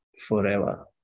forever